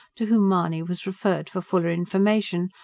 to whom mahony was referred for fuller information,